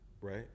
right